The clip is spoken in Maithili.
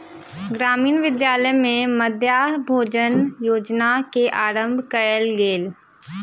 ग्रामीण विद्यालय में मध्याह्न भोजन योजना के आरम्भ कयल गेल